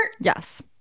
Yes